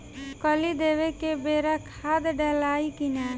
कली देवे के बेरा खाद डालाई कि न?